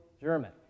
German